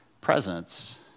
presence